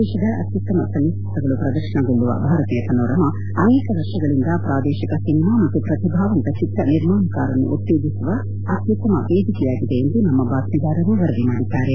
ದೇಶದ ಅತ್ಯುತ್ತಮ ಚಲನಚಿತ್ರಗಳು ಪ್ರದರ್ಶನಗೊಳ್ಳುವ ಭಾರತೀಯ ಪನೋರಮಾ ಅನೇಕ ವರ್ಷಗಳಿಂದ ಪ್ರಾದೇಶಿಕ ಸಿನಿಮಾ ಮತ್ತು ಪ್ರತಿಭಾವಂತ ಚಿತ್ರ ನಿರ್ಮಾಣಕಾರರನ್ನು ಉತ್ತೇಜಿಸುವ ಅತ್ಯುತ್ತಮ ವೇದಿಕೆಯಾಗಿ ನಿರೂಪಿಸಿದೆ ಎಂದು ನಮ್ಮ ಬಾತ್ಮೀದಾರರು ವರದಿ ಮಾಡಿದ್ದಾರೆ